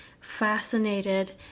fascinated